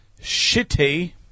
shitty